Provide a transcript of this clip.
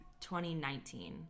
2019